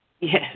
Yes